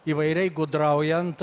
įvairiai gudraujant